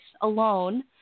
alone